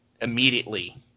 immediately